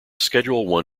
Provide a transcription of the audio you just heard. schedule